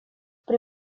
при